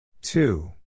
Two